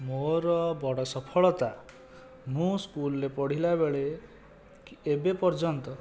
ମୋର ବଡ଼ ସଫଳତା ମୁଁ ସ୍କୁଲରେ ପଢ଼ିଲା ବେଳେ ଏବେ ପର୍ଯ୍ୟନ୍ତ